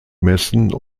messen